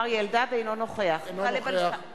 אינו נוכח טלב אלסאנע,